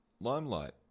Limelight